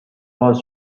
باز